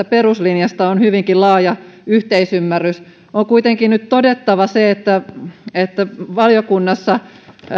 peruslinjasta on hyvinkin laaja yhteisymmärrys on kuitenkin nyt todettava se että että myös valiokunnassa